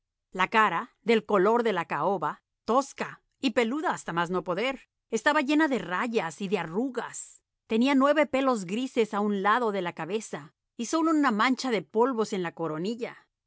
la cara del color de la caoba tosca y peluda hasta más no poder estaba llena de rayas y de arrugas tenía nueve pelos grises a un lado de la cabeza y sólo una mancha de polvos en la coronilla